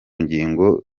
ngingo